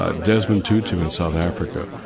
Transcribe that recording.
ah desmond tutu in south africa,